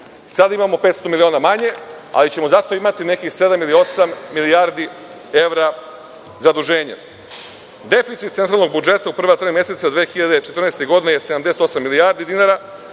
sada imamo 500 miliona manje, ali ćemo zato imati nekih sedam ili osam milijardi evra zaduženja. Deficit centralnog budžeta u prva tri meseca 2014. godine je 78 milijardi dinara,